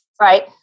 right